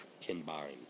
combined